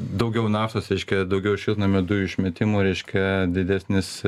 daugiau naftos reiškia daugiau šiltnamio dujų išmetimų reiškia didesnis